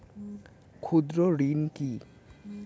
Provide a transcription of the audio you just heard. ক্ষুদ্র ঋণ কি?